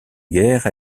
guerre